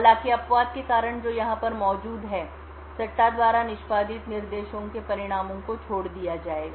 हालाँकि अपवाद के कारण जो यहाँ पर मौजूद है सट्टा द्वारा निष्पादित निर्देशों के परिणामों को छोड़ दिया जाएगा